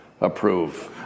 approve